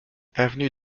avenue